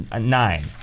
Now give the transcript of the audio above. Nine